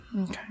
Okay